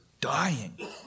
dying